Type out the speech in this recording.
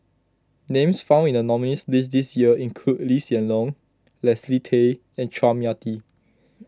names found in the nominees' list this year include Lee Hsien Loong Leslie Tay and Chua Mia Tee